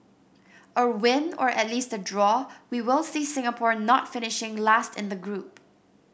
a win or at least a draw we will see Singapore not finishing last in the group